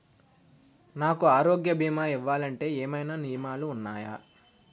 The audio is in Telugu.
నాకు ఆరోగ్య భీమా ఇవ్వాలంటే ఏమైనా నియమాలు వున్నాయా?